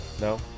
No